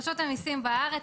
רשות המיסים בארץ,